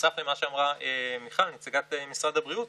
שקיימה את ההסכם הרב-שנתי עם מערכת ההשכלה הגבוהה,